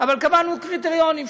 קבענו קריטריונים,